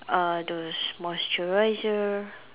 uh those moisturiser